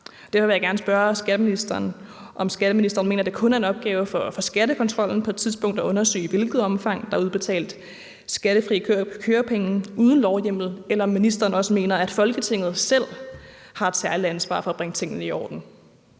skatteministeren, om skatteministeren mener, at det kun er en opgave for skattekontrollen på et tidspunkt at undersøge, i hvilket omfang der er udbetalt skattefri kørepenge uden lovhjemmel, eller om ministeren også mener, at Folketinget selv har et særligt ansvar for at bringe tingene i orden.